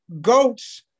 goats